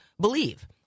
believe